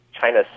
China